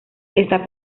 esta